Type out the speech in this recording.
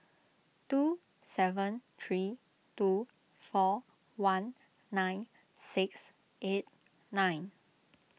two seven three two four one nine six eight nine